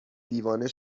دیوانه